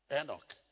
Enoch